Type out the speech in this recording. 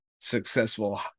successful